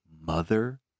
mother